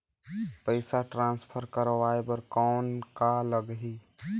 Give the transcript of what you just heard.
पइसा ट्रांसफर करवाय बर कौन का लगही?